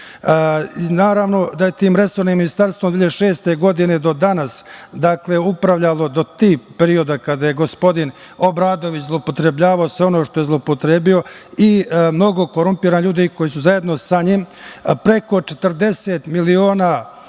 budu. Naravno da je tim resornim ministarstvom od 2006. godine do danas upravljalo do tih perioda kada je gospodin Obradović zloupotrebljavao sve ono što je zloupotrebio i mnogo korumpiranih ljudi koji su zajedno sa njim, preko 40 miliona